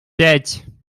пять